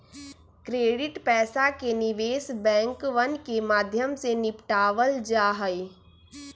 credit पैसा के निवेश बैंकवन के माध्यम से निपटावल जाहई